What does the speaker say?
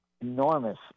enormous